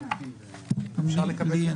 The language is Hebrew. יש לי.